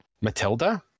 Matilda